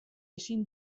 ezin